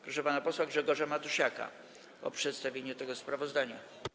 Proszę pana posła Grzegorza Matusiaka o przedstawienie tego sprawozdania.